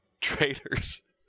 traitors